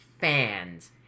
fans